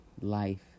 life